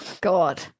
God